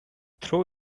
throw